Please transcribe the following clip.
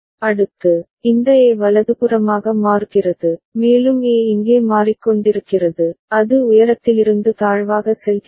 அடுத்து இந்த A வலதுபுறமாக மாறுகிறது மேலும் A இங்கே மாறிக்கொண்டிருக்கிறது அது உயரத்திலிருந்து தாழ்வாக செல்கிறது